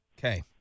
Okay